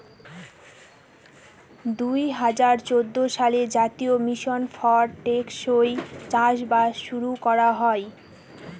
দুই হাজার চৌদ্দ সালে জাতীয় মিশন ফর টেকসই চাষবাস শুরু করা হয়